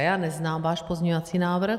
Já neznám váš pozměňovací návrh.